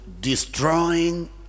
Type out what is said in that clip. Destroying